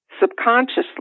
subconsciously